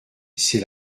c’est